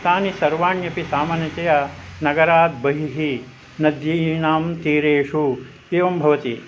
तानि सर्वाण्यपि सामान्यतया नगरात् बहिः नदीनां तीरेषु एवं भवति